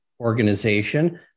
organization